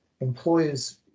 employers